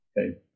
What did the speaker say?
Okay